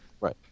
Right